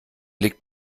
liegt